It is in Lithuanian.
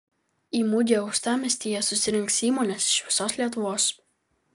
į mugę uostamiestyje susirinks įmonės iš visos lietuvos